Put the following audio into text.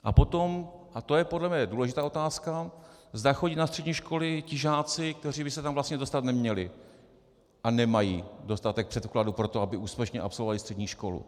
A potom, a to je podle mne důležitá otázka, zda chodí na střední školy ti žáci, kteří by se tam vlastně dostat neměli a nemají dostatek předpokladů pro to, aby úspěšně absolvovali střední školu.